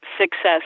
success